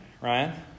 Ryan